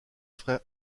frère